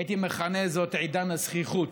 הייתי מכנה זאת עידן הזחיחות.